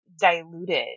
diluted